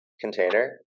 container